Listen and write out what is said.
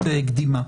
האזרחית.